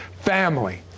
family